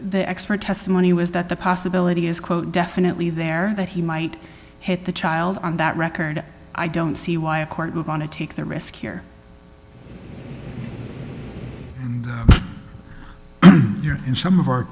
the expert testimony was that the possibility is quote definitely there that he might hit the child on that record i don't see why a court we're going to take the risk here you're in some of our